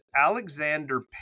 Alexander